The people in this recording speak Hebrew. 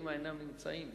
קדימה אינם נמצאים.